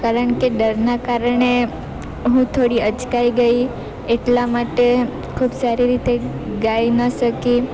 કારણ કે ડરના કારણે હું થોડી અચકાઈ ગઈ એટલા માટે ખૂબ સારી રીતે ગાઈ ન શકી